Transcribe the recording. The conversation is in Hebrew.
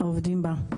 העובדים בה.